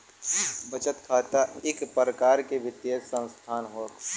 बचत खाता इक परकार के वित्तीय सनसथान होला